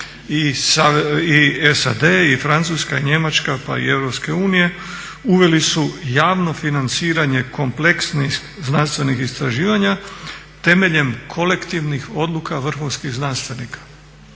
I SAD i Francuska i Njemačka pa i EU uveli su javno financiranje kompleksnih znanstvenih istraživanja temeljem kolektivnih odluka vrhunskih znanstvenika.